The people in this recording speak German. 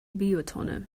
biotonne